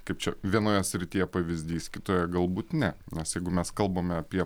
kaip čia vienoje srityje pavyzdys kitoje galbūt ne nes jeigu mes kalbame apie